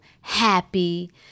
happy